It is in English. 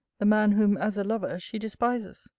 the man, whom, as a lover, she despises?